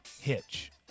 Hitch